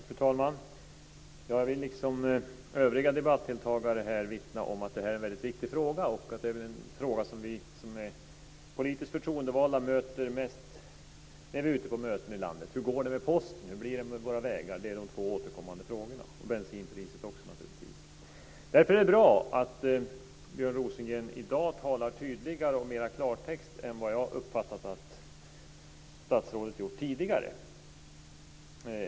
Fru talman! Jag vill, liksom övriga debattdeltagare här, vittna om att det här är en väldigt viktig fråga. De frågor som vi som är politiskt förtroendevalda möter mest när vi är ute på möten i landet är: Hur går det med Posten? Hur blir det med våra vägar? Det är de återkommande frågorna, liksom naturligtvis också frågan om bensinpriserna. Därför är det bra att Björn Rosengren i dag talar mer klartext än vad jag uppfattat att statsrådet har gjort tidigare.